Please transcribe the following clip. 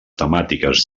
temàtiques